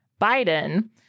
Biden